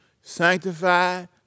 sanctified